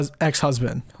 ex-husband